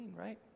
right